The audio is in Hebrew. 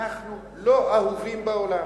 אנחנו לא אהובים בעולם.